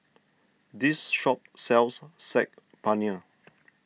this shop sells Saag Paneer